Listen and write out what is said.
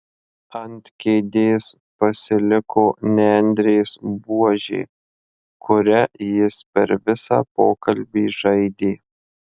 ant kėdės pasiliko nendrės buožė kuria jis per visą pokalbį žaidė